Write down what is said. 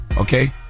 okay